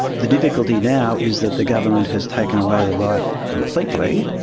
the difficulty now is that the government has taken away the right completely,